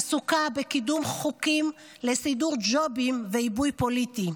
עסוקה בקידום חוקים לסידור ג'ובים ועיבוי פוליטי.